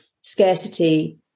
scarcity